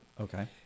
okay